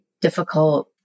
difficult